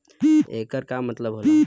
येकर का मतलब होला?